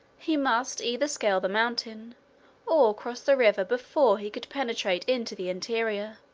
he must either scale the mountain or cross the river before he could penetrate into the interior.